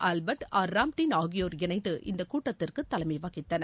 ஆவ்பர்ட் ஆர்ராம்டின் ஆகியோர் இணைந்து இந்தக் கூட்டத்திற்கு தலைமை வகித்தனர்